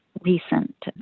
recent